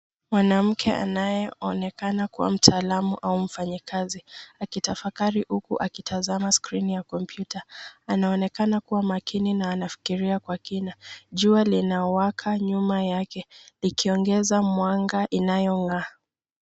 Mwanamke anayeonekana kuwa mtaalamu au mfanyakazi, akitafakari huku akitazama skrini ya kompyuta. Anaonekana kuwa makini na anafikiria kwa kina. Jua linawaka nyuma yake, likiongeza mwanga inayong’aa.